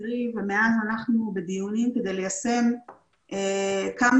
באוקטובר ומאז אנחנו בדיונים כדי ליישם כמה